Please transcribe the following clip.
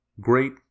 Great